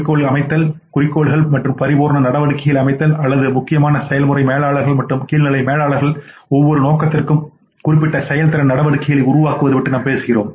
குறிக்கோள்கள் அமைத்தல் குறிக்கோள்கள் மற்றும்பரிபூரணநடவடிக்கைகளைஅமைத்தல்அல்லது முக்கியமான செயல்முறை மேலாளர்கள் மற்றும் கீழ் நிலை மேலாளர்கள் ஒவ்வொரு நோக்கத்திற்கும் குறிப்பிட்ட செயல்திறன் நடவடிக்கைகளை உருவாக்குவது பற்றி நாம் பேசுகிறோம்